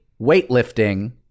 weightlifting